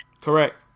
Correct